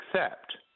accept